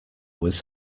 was